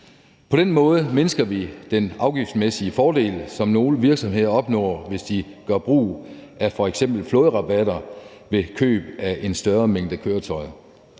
På den måde mindsker vi den afgiftsmæssige fordel, som nogle virksomheder opnår, hvis de gør brug af f.eks. flåderabatter ved køb af en større mængde køretøjer.